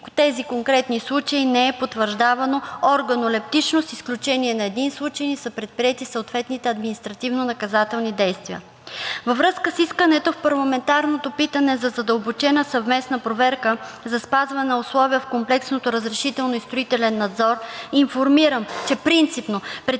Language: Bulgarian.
тези конкретни случаи не е потвърждавано органолептично, с изключение на един случай и са предприети съответните административнонаказателни действия. Във връзка с искането в парламентарното питане за задълбочена съвместна проверка за спазване на условия в комплексното разрешително и строителен надзор информирам, че принципно предприятията,